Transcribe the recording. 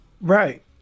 Right